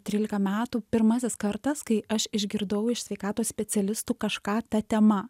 trylika metų pirmasis kartas kai aš išgirdau iš sveikatos specialistų kažką ta tema